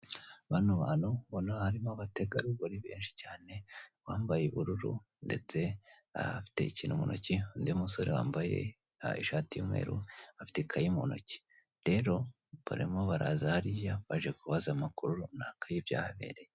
Bano bantu ubona harimo abategarugori benshi cyane bambaye ubururu ndetse afite ikintu muntoki undi musore wambaye ishati y'umweru afite ikayi muntoki, rero barimo baraza hariya baje kubaza amakuru runaka yibyahabereye.